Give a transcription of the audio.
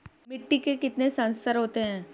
मिट्टी के कितने संस्तर होते हैं?